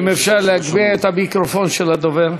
אם אפשר להגביר את המיקרופון של הדובר.